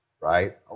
right